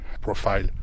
profile